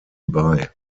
bei